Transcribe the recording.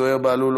זוהיר בהלול,